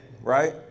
right